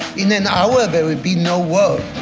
in an hour there will be no war